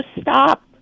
stop